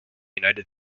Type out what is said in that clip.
united